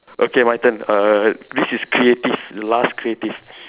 okay my turn uh this is creative last creative